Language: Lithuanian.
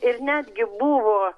ir netgi buvo